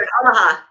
Omaha